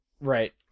Right